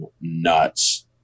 nuts